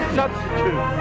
substitute